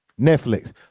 Netflix